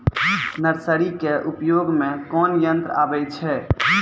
Nursery के उपयोग मे कोन यंत्र आबै छै?